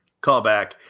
callback